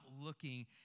looking